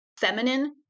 feminine